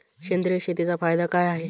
सेंद्रिय शेतीचा फायदा काय?